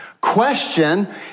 Question